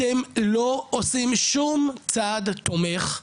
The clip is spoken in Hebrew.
אתם לא עושים שום צעד תומך,